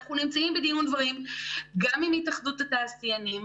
אנחנו נמצאים בדין ודברים גם עם התאחדות התעשיינים,